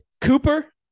Cooper